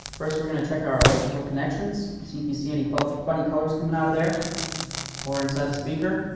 first, we're going to check our electrical connections, see if you see any funny colors coming out of there or inside the speaker.